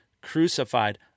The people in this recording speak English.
crucified